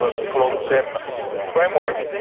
but to follow the same framework,